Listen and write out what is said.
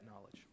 knowledge